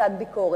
קבוצת ביקורת.